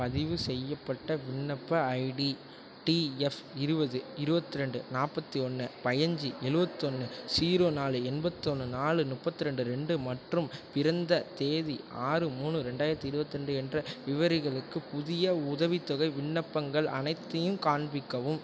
பதிவு செய்யப்பட்ட விண்ணப்ப ஐடி டிஎஃப் இருபது இருபத்ரெண்டு நாற்பத்தி ஒன்று பையஞ்சி எழுபத்தொன்னு ஸீரோ நாலு எண்பதொன்னு நாலு முப்பத்தி ரெண்டு ரெண்டு மற்றும் பிறந்த தேதி ஆறு மூணு ரெண்டாயிரத்தி இருபத்திரெண்டு என்ற விவரிகளுக்கு புதிய உதவித்தொகை விண்ணப்பங்கள் அனைத்தையும் காண்பிக்கவும்